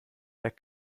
der